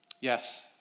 Yes